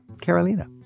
Carolina